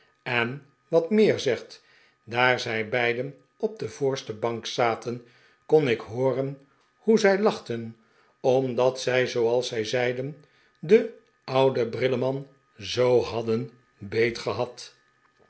en wat meer zegt daar zij beiden op de voorste bank zaten kon ik hooren hoe zij lachten omdat zij zooals zij zeiden den ouden brilleman zoo hadden beet gehad